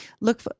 look